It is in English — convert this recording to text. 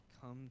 come